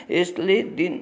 यसले दिन